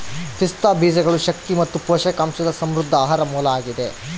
ಪಿಸ್ತಾ ಬೀಜಗಳು ಶಕ್ತಿ ಮತ್ತು ಪೋಷಕಾಂಶದ ಸಮೃದ್ಧ ಆಹಾರ ಮೂಲ ಆಗಿದೆ